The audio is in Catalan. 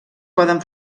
poden